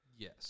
Yes